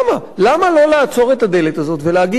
למה לא לעצור את הדלת הזאת ולהגיד: אין,